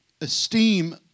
esteem